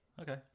Okay